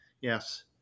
yes